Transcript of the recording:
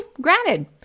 granted